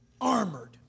armored